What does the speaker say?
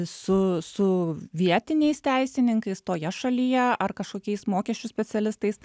su su vietiniais teisininkais toje šalyje ar kažkokiais mokesčių specialistais